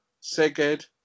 Seged